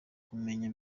kumenya